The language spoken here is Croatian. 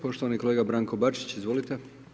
Poštovani kolega Branko Bačić, izvolite.